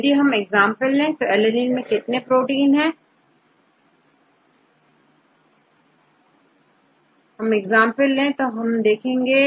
यदि हम यह एग्जामपल ले तो alanine मैं कितने प्रोटीन होंगे